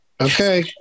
Okay